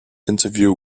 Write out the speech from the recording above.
interview